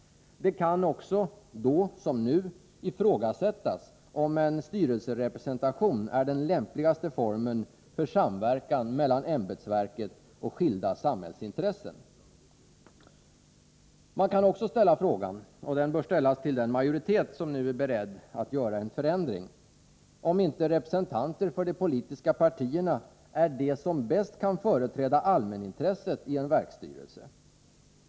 Det kan också, då som nu, ifrågasättas om en styrelserepresentation är den lämpligaste formen för samverkan mellan ämbetsverket och skilda samhällsintressen. Man kan också ställa frågan — och den bör ställas till den majoritet som nu är beredd att göra en förändring — om inte representanter för de politiska partierna är de som bäst kan företräda allmänintresset i en verksstyrelse.